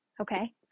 Okay